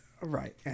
Right